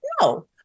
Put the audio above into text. No